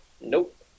Nope